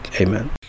Amen